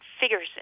figures